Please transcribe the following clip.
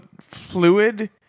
fluid